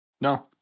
No